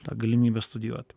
tą galimybę studijuot